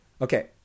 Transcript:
Okay